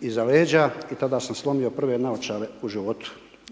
iza leđa i tada sam slomio prve naočale u životu.